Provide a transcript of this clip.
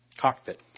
cockpit